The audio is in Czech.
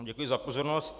Děkuji za pozornost.